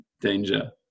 danger